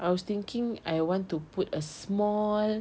I was thinking I want to put a small